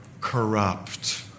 corrupt